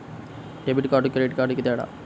Debit కార్డుకి credit కార్డుకి తేడా?